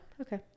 okay